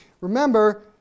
Remember